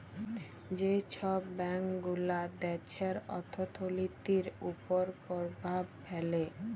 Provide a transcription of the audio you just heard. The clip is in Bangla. যে ছব ব্যাংকগুলা দ্যাশের অথ্থলিতির উপর পরভাব ফেলে